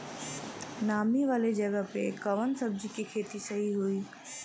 नामी वाले जगह पे कवन सब्जी के खेती सही होई?